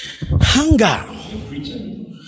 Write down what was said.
hunger